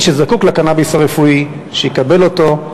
מי שזקוק לקנאביס הרפואי, שיקבל אותו.